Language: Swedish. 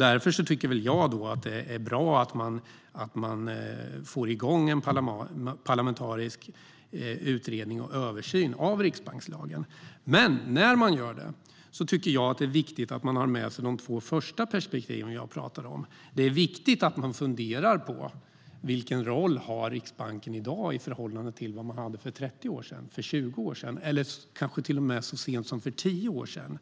Därför tycker jag att det är bra att man får igång en parlamentarisk utredning och översyn av riksbankslagen. Men när man gör det tycker jag att det är viktigt att man har med sig de två första perspektiven som jag pratade om. Det är viktigt att man funderar på vilken roll Riksbanken har i dag i förhållande till för 30 eller 20 år sedan eller kanske så sent som för tio år sedan.